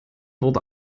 wurde